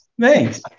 Thanks